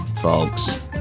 folks